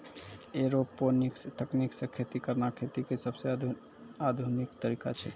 aeroponics तकनीक सॅ खेती करना खेती के सबसॅ आधुनिक तरीका छेकै